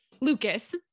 Lucas